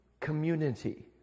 community